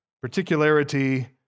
particularity